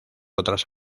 otras